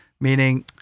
Meaning